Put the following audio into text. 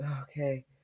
Okay